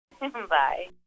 Bye